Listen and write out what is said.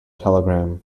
telegram